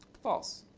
false.